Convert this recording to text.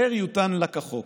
זר יותן לה כחוק.